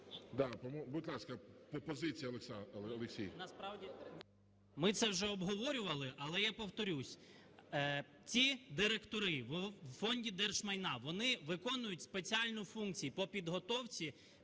Ми це вже обговорювали, але я повторюсь. Ці директори в Фонді держмайна, вони виконують спеціальну функцію по підготовці